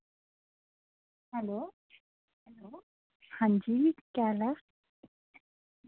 hello आं जी केह् हाल ऐ